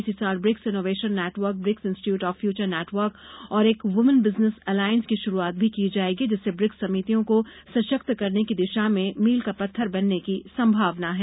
इसी साल BRICS innovation network BRICS institute of future network और एक वूमन बिजनेस अलायंस की शुरूआत भी की जायेगी जिससे ब्रिक्स समितियों को सशक्त करने की दिशा में मील का पत्थर बनने की संभावना है